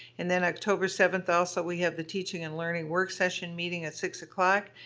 and then october seventh also, we have the teacher and learning work session meeting at six o'clock.